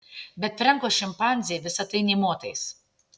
bet frenko šimpanzei visa tai nė motais